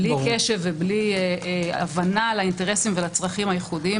בלי קשב ובלי הבנה לאינטרסים ולצרכים הייחודיים